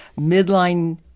midline